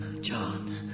John